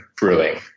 brewing